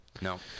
No